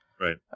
Right